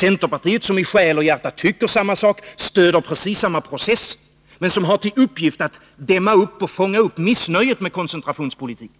Centerpartiet tycker i själ och hjärta samma sak, stöder precis samma process, men har till uppgift att dämma upp och fånga upp missnöjet med koncentrationspolitiken